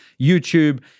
youtube